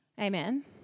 Amen